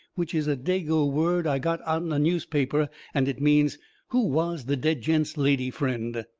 which is a dago word i got out'n a newspaper and it means who was the dead gent's lady friend?